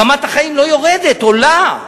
רמת החיים לא יורדת, עולה.